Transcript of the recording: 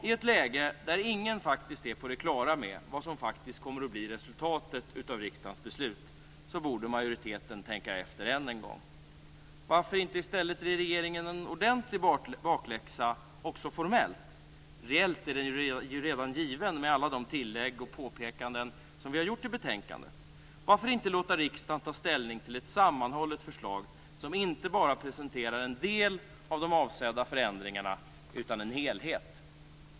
I ett läge där ingen är på det klara med vad som faktiskt kommer att bli resultatet av riksdagens beslut borde majoriteten tänka efter ännu en gång. Varför inte i stället ge regeringen en ordentlig bakläxa också formellt? Reellt är den ju redan given med alla de tillägg och påpekanden som vi har gjort i betänkandet. Varför inte låta riksdagen ta ställning till ett sammanhållet förslag som inte bara presenterar en del av de avsedda förändringarna utan en helhet?